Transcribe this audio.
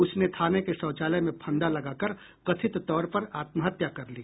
उसने थाने के शौचालय में फंदा लगाकर कथित तौर पर आत्महत्या कर ली